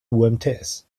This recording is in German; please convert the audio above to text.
umts